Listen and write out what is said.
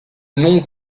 nom